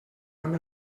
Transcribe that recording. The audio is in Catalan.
amb